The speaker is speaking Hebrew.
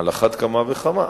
על אחת כמה וכמה.